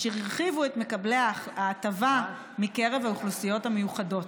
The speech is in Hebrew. אשר הרחיבו את מקבלי ההטבה מקרב האוכלוסיות המיוחדות.